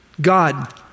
God